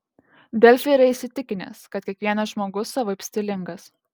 delfi yra įsitikinęs kad kiekvienas žmogus savaip stilingas